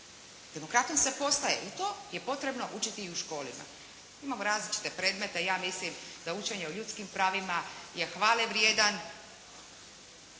Demokratom se postaje i to je potrebno učiti i u školama. Imamo različite predmete i ja mislim da učenje o ljudskim pravima je hvale vrijedan